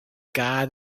guy